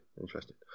interesting